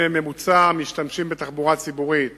אם בממוצע משתמשים בתחבורה הציבורית